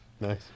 nice